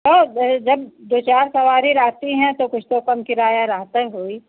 तौ जब दो चार सवारी रहती तो कुछ तो कम किराया रहता होई